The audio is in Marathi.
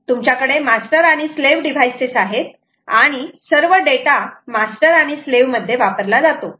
तुमच्याकडे मास्टर आणि स्लाव्ह डिव्हाइसेस आहेत आणि सर्व डेटा मास्टर आणि स्लाव्ह मध्ये वापरला जातो